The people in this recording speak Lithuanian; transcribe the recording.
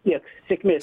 tiek sėkmė